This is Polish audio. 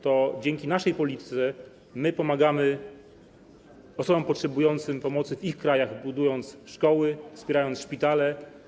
To dzięki naszej polityce pomagamy osobom potrzebującym pomocy w ich krajach, budując szkoły, wspierając szpitale.